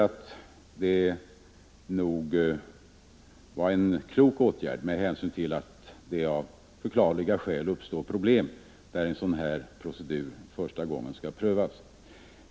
Det var nog en klok åtgärd med hänsyn till att det av förklarliga skäl är stora problem när en sådan här procedur första gången skall börja.